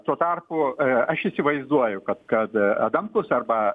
tuo tarpu aš įsivaizduoju kad kad adamkus arba